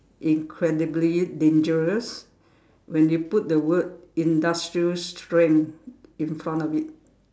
incredibly dangerous when you put the word industrial strength in front of it